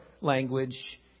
language